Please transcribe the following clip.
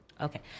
Okay